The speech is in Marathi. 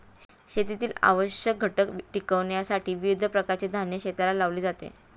शेतीतील आवश्यक घटक टिकविण्यासाठी विविध प्रकारचे धान्य शेतात लावले जाते